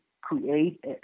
create